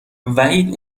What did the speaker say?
وحید